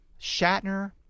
Shatner